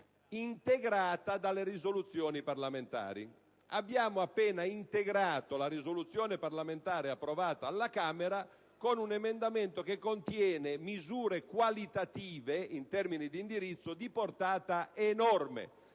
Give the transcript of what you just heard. integrata dalle risoluzioni parlamentari. Abbiamo appena integrato la risoluzione parlamentare approvata dalla Camera con un emendamento che contiene misure qualitative, in termini di indirizzo, di portata enorme,